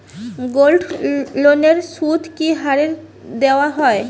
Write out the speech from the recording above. গোল্ডলোনের সুদ কি হারে দেওয়া হয়?